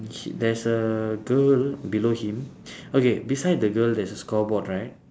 shit there's a girl below him okay beside the girl there's a scoreboard right